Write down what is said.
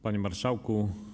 Panie Marszałku!